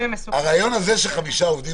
הרעיון הזה של חמישה עובדים,